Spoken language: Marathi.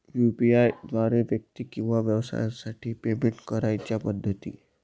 यू.पी.आय द्वारे व्यक्ती किंवा व्यवसायांसाठी पेमेंट करण्याच्या पद्धती